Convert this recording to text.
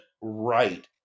right